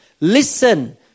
Listen